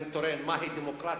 "מהי דמוקרטיה"